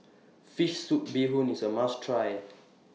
Fish Soup Bee Hoon IS A must Try